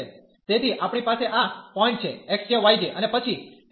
તેથી આપણી પાસે આ પોઈન્ટ છે x j y j અને પછી f x j y j